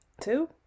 Two